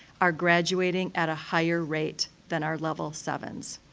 are graduating at a higher rate than our level sevens.